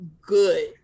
good